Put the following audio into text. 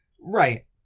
Right